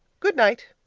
good night.